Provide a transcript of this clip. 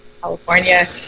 California